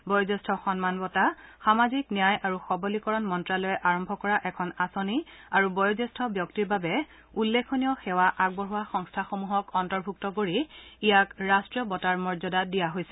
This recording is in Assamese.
বয়োজ্যেষ্ঠ সন্মান বঁটা সামাজিক ন্যায় আৰু সৱলীকৰণ মন্ত্যালয়ে আৰম্ভ কৰিছে আৰু বয়োজ্যেষ্ঠ ব্যক্তিৰ বাবে উল্লেখনীয় সেৱা আগবঢ়োৱা সংস্থাসমূহক অন্তৰ্ভুক্ত কৰি ইয়াক ৰাষ্ট্ৰীয় বঁটাৰ মৰ্যাদা দিয়া হৈছে